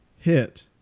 hit